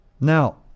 Now